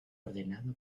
ordenada